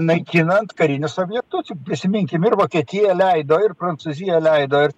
naikinant karinius objektus juk prisiminkim ir vokietija leido ir prancūzija leido